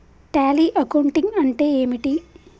Tally accounting అంటే ఏమిటి?